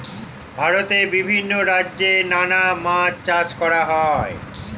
ভারতে বিভিন্ন রাজ্যে নানা মাছ চাষ করা হয়